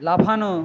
লাফানো